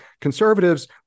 conservatives